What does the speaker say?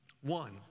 One